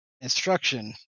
instruction